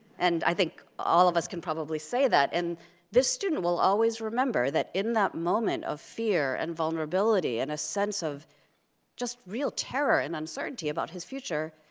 and i think all of us can probably say that, and this student will always remember that in that moment of fear and vulnerability and a sense of just real terror and uncertainty about his future,